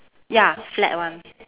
ya flat one